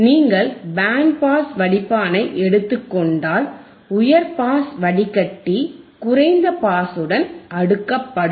நீங்கள் band pass வடிப்பானை எடுத்துக் கொண்டால் உயர் பாஸ் வடிகட்டி குறைந்த பாஸுடன் அடுக்கப்படும்